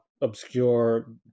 obscure